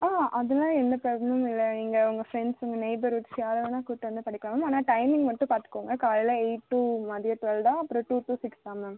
ஆ அதெலாம் எந்த ப்ராப்ளமும் இல்லை நீங்கள் உங்கள் ஃப்ரெண்ட்ஸ் உங்கள் நெய்பர்வுட்ஸ் யாரை வேணால் கூப்பிட்டு வந்து படிக்கலாம் மேம் ஆனால் டைமிங் மட்டும் பார்த்துக்கோங்க காலையில் எயிட் டூ மதியம் டுவெல் தான் அப்புறம் டூ டூ சிக்ஸ் தான் மேம்